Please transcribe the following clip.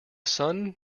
sun